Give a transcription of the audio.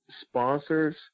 sponsors